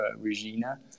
Regina